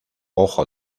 ojo